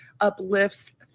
uplifts